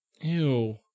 Ew